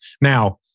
Now